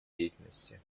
деятельности